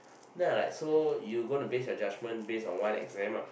then I like so you going to based your judgment based on one exam ah